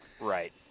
Right